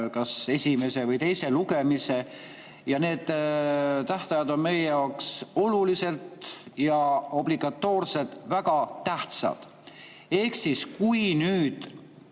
kas esimese või teise lugemise. Need tähtajad on meie jaoks oluliselt ja obligatoorselt väga tähtsad. Kui nüüd